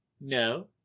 No